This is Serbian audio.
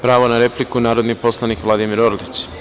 Pravo na repliku narodni poslanik Vladimir Orlić.